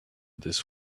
this